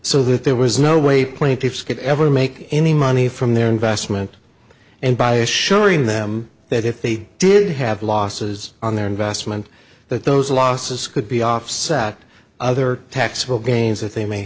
so that there was no way plaintiffs could ever make any money from their investment and by assuring them that if they did have losses on their investment that those losses could be offset other taxable gains that they may